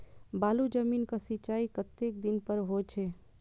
बालू जमीन क सीचाई कतेक दिन पर हो छे?